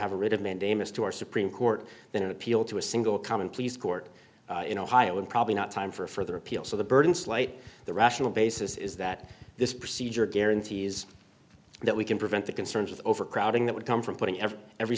have a writ of mandamus to our supreme court than appeal to a single common pleas court in ohio and probably not time for a further appeal so the burden is light the rational basis is that this procedure guarantees that we can prevent the concerns of overcrowding that would come from putting every